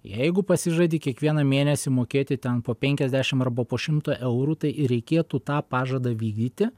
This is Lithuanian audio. jeigu pasižadi kiekvieną mėnesį mokėti ten po penkiasdešimt arba po šimtą eurų tai ir reikėtų tą pažadą vykdyti